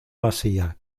masía